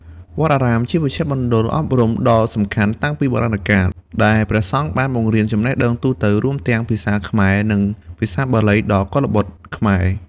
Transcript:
វត្តអារាមជាមជ្ឈមណ្ឌលអប់រំដ៏សំខាន់តាំងពីបុរាណកាល ដែលព្រះសង្ឃបានបង្រៀនចំណេះដឹងទូទៅ រួមទាំងភាសាខ្មែរ និងភាសាបាលី ដល់កុលបុត្រខ្មែរ។